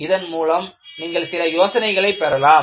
இதன் மூலம் நீங்கள் சில யோசனைகளை பெறலாம்